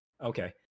Okay